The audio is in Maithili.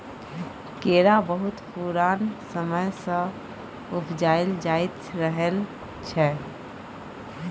केरा बहुत पुरान समय सँ उपजाएल जाइत रहलै यै